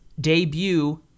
debut